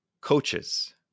Coaches